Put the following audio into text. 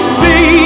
see